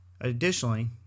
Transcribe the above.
additionally